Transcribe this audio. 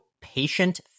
patient